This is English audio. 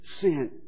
sin